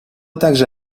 также